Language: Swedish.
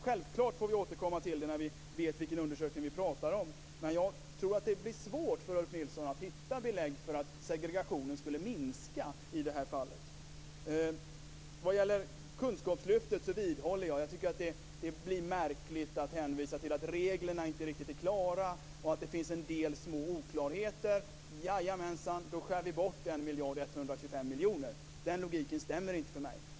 Självklart får vi återkomma till detta när vi vet vilken undersökning vi pratar om, men jag tror att det blir svårt för Ulf Nilsson att hitta belägg för att segregationen skulle minska i det här fallet. Vad gäller kunskapslyftet vidhåller jag att det blir märkligt att hänvisa till att reglerna inte är riktigt klara och att det finns en del små oklarheter. Jajamänsan, då skär vi bort 1 125 miljoner. Den logiken stämmer inte för mig.